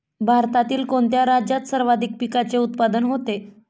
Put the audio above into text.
भारतातील कोणत्या राज्यात सर्वाधिक पिकाचे उत्पादन होते?